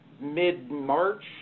mid-March